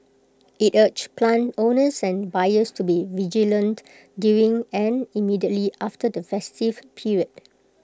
IT urged plant owners and buyers to be vigilant during and immediately after the festive period